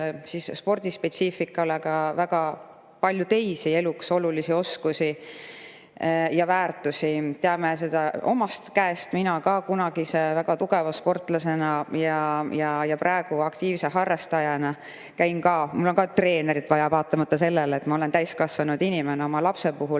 lisaks spordispetsiifikale ka väga palju teisi eluks olulisi oskusi ja väärtusi. Teame seda omast käest. Minul kunagise väga tugeva sportlase ja praegu aktiivse harrastajana on ka treenerit vaja, vaatamata sellele, et ma olen täiskasvanud inimene. Oma lapse puhul